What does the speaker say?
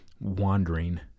wandering